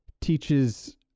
teaches